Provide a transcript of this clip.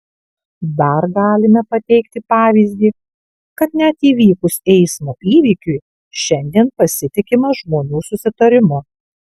dar galime pateikti pavyzdį kad net įvykus eismo įvykiui šiandien pasitikima žmonių susitarimu